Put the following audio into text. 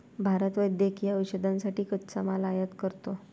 भारत वैद्यकीय औषधांसाठी कच्चा माल आयात करतो